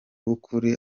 w’ukuri